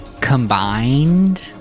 combined